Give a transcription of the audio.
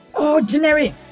ordinary